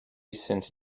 since